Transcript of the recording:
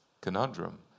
conundrum